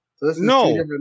No